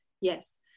yes